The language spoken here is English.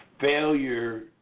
failure